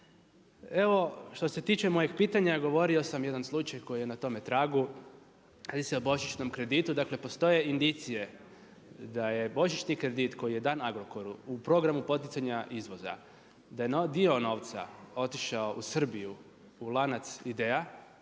što se tiče mojih pitanja govorio sam jedan slučaj koji je na tome tragu. Radi se o božićnom kreditu. Dakle, postoje indicije da je božićni kredit koji je dan Agrokoru u programu poticanja izvoza, da je dio novca otišao u Srbiju u lanac IDEA,